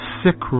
sick